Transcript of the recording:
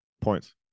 points